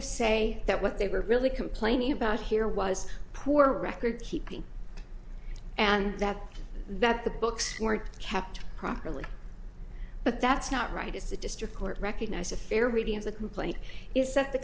of say that what they were really complaining about here was poor record keeping and that that the books weren't kept properly but that's not right is the district court recognized a fair reading of the complaint is that the